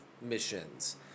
missions